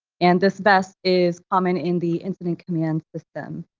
and this best is common in the incident command system.